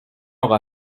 aura